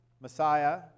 Messiah